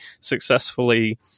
successfully